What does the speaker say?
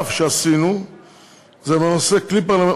האי-אמון.